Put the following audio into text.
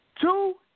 Two